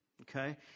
Okay